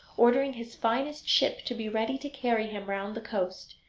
ordering his finest ship to be ready to carry him round the coast.